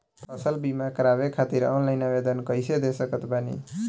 फसल बीमा करवाए खातिर ऑनलाइन आवेदन कइसे दे सकत बानी?